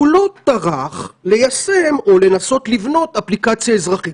הוא לא טרח ליישם או לנסות לבנות אפליקציה אזרחית.